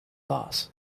boss